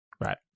right